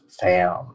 fam